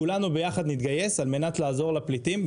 כולנו ביחד נתגייס על מנת לעזור לפליטים,